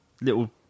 little